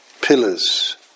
pillars